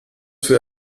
für